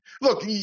look